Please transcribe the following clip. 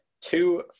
two